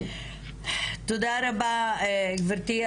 תודה רבה גברתי.